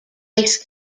ice